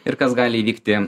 ir kas gali įvykti